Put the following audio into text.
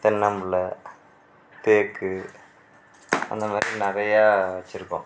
தென்னம் பிள்ள தேக்கு அந்த மாரி நிறையா வச்சுருக்கோம்